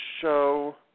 show –